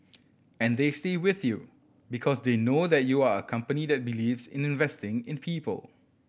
and they stay with you because they know that you are a company that believes in investing in people